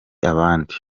abandi